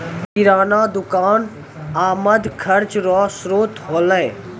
किराना दुकान आमद खर्चा रो श्रोत होलै